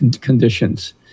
conditions